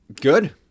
good